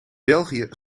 belgië